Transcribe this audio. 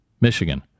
Michigan